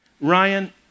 Ryan